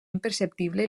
imperceptible